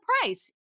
price